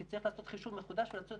כי צריך לעשות חישוב מחודש, לצאת